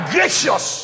Gracious